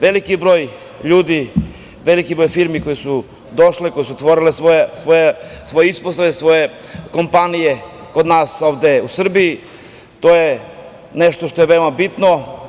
Veliki broj ljudi, veliki broj firme koje su došle, koje su otvorile svoje ispostave, svoje kompanije kod nas ovde u Srbiji, to je nešto što je veoma bitno.